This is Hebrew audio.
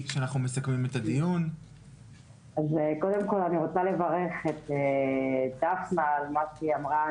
קודם כל אני רוצה לברך את דפנה על מה שהיא אמרה,